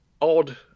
odd